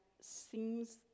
seems